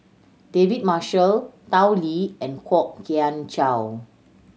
David Marshall Tao Li and Kwok Kian Chow